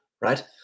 right